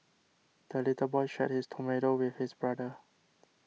the little boy shared his tomato with his brother